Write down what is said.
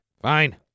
Fine